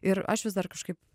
ir aš vis dar kažkaip